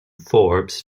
forbes